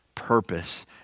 purpose